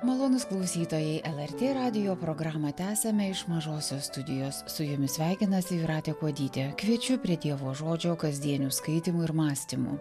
malonūs klausytojai lrt radijo programą tęsiame iš mažosios studijos su jumis sveikinasi jūratė kuodytė kviečiu prie dievo žodžio kasdienių skaitymų ir mąstymų